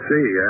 See